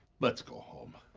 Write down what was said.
let's go home.